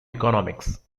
economics